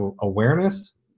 awareness